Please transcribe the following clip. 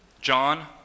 John